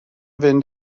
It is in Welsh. fynd